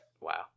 Wow